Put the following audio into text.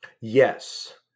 Yes